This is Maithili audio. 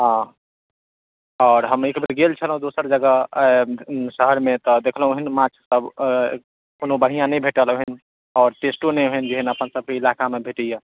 आओर हम एकबेर गेल छलहुँ दोसर जगह शहरमे तऽ देखलहुँ ओहन माछसभ कोनो बढ़िऑं नहि भेटल ओहन आओर टेस्टो नहि जेहन अपनसभके इलाकामे भेटैया